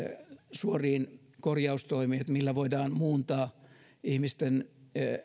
suoriin korjaustoimiin millä voidaan muuntaa ihmisten